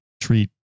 treat